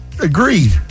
Agreed